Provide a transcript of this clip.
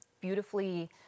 beautifully